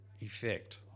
effect